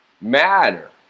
matter